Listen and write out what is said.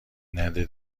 نده